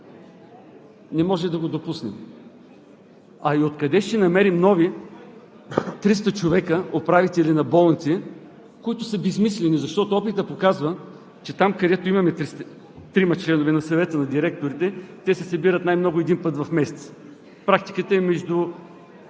не може да го допуснем. А и откъде ще намерим нови 300 човека управители на болници, които са безсмислени, защото опитът показва, че там, където имаме трима членове на съвета на директорите, те се събират най-много един път в месеца. Практиката е между